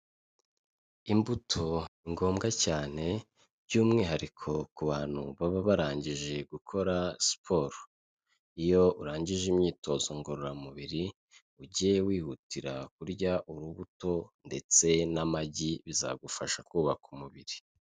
Imbuto ni ngombwa cyane by'umwihariko ku bantu baba barangije gukora siporo. Iyo urangije imyitozo ngororamubiri, ujye wihutira kurya urubuto ndetse n'amagi, bizagufasha kubaka umubiri.